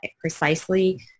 precisely